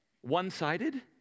One-sided